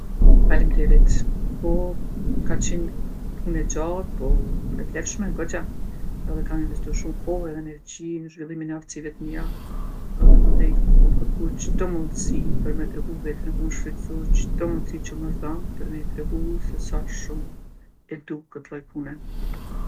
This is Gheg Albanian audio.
Falemnderit! Po, ka qenë një punë e gjatë po e vlefshme goxha. Edhe kanë investu shumë kohë edhe energji në zhvillimin e aftsive t'mija edhe mandej kom kërku çdo mundsi për me tregu veten, e kom shfrytzu çdo mundsi qe më është dhanë për me tregu se sa shumë e du këtë lloj pune.